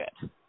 good